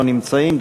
לא נמצאים,